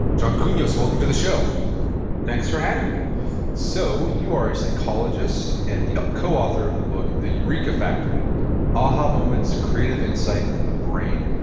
john kounios, welcome to the show thanks for having me so you are a psychologist and the coauthor of the book, the eureka factor aha moments, creative insight, and the brain.